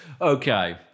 okay